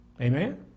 Amen